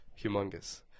humongous